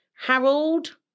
Harold